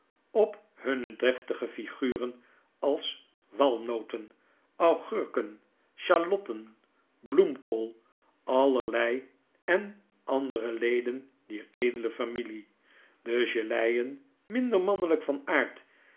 op hunne deftige figuren als walnoten augurken sjalotten bloemkool auerlei en andere leden dier edele familie de geleien minder mannelyk van aard